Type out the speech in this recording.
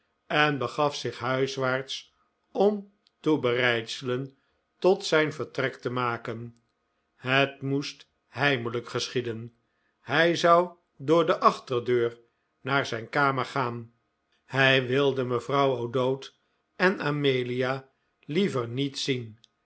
en begaf zich huiswaarts om toebereidselen tot zijn vertrek te maken het moest heimelijk geschieden hij zou door de achterdeur naar zijn kamer gaan hij wilde mevrouw o'dowd en amelia liever niet zien